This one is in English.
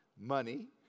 Money